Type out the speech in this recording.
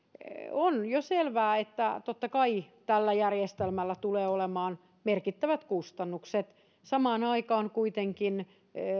on jo selvää että totta kai tällä järjestelmällä tulee olemaan merkittävät kustannukset samaan aikaan kuitenkin